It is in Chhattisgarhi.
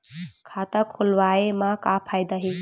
खाता खोलवाए मा का फायदा हे